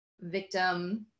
victim